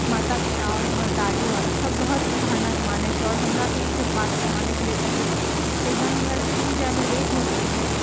माता पिता आओर हमर दादी सब बहुत ई धारणाके मानै छै आओर हमरा भी ई सब बात मानैके लिए कहै छै एकबार हमरा स्कूल जाइमे लेट हो रहल रहै